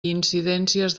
incidències